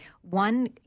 One